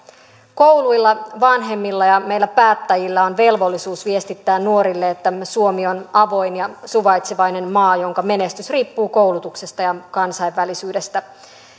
kouluilla vanhemmilla ja meillä päättäjillä on velvollisuus viestittää nuorille että suomi on avoin ja suvaitsevainen maa jonka menestys riippuu koulutuksesta ja kansainvälisyydestä